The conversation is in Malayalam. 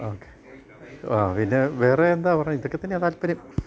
ഓക്കെ ആ പിന്നെ വേറെ എന്താ പറയുക ഇതൊക്കെ തന്നെയാണ് താല്പര്യം